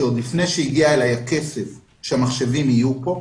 שעוד לפני שהגיע אלי הכסף שהמחשבים יהיו פה,